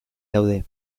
daude